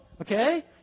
Okay